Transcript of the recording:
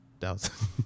Thousand